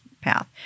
path